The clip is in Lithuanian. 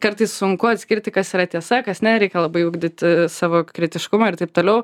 kartais sunku atskirti kas yra tiesa kas ne reikia labai ugdyti savo kritiškumą ir taip toliau